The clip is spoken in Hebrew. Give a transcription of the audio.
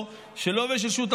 שלו ושל אשתו,